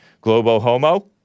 globo-homo